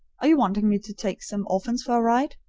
are you wanting me to take some orphans for a ride?